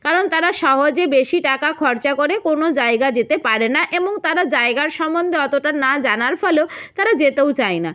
কারণ তারা সহজে বেশি টাকা খরচা করে কোনো জায়গায় যেতে পারে না এবং তারা জায়গার সমন্ধে অতটা না জানার ফলেও তারা যেতেও চায় না